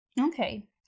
Okay